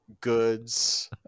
goods